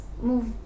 move